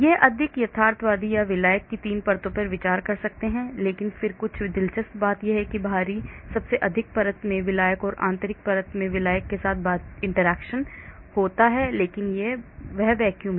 यह अधिक यथार्थवादी है या मैं विलायक की 3 परतों पर विचार कर सकता हूं लेकिन फिर कुछ दिलचस्प बात यह है कि बाहरी सबसे अधिक परत में विलायक है आंतरिक परत में विलायक के साथ बातचीत होती है लेकिन बाहर वह वैक्यूम है